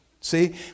See